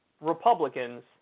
Republicans